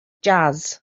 jazz